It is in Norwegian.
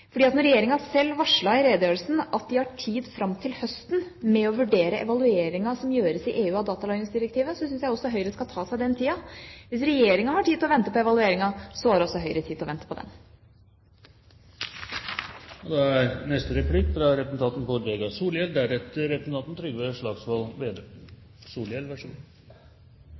når Regjeringa sjøl varslet i redegjørelsen at de har tid fram til høsten med hensyn til å vurdere evalueringen som gjøres i EU av datalagringsdirektivet, syns jeg også Høyre skal ta seg den tida. Hvis Regjeringa har tid til å vente på evalueringen, har også Høyre tid til å vente på den. I heile Europa er